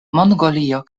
mongolio